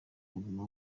buguma